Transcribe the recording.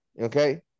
Okay